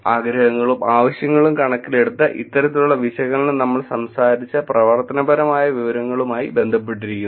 ആഗ്രഹങ്ങളും ആവശ്യങ്ങളും കണക്കിലെടുത്ത് ഇത്തരത്തിലുള്ള വിശകലനം നമ്മൾ സംസാരിച്ച പ്രവർത്തനപരമായ വിവരങ്ങളുമായി ബന്ധപ്പെട്ടിരിക്കുന്നു